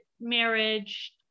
marriage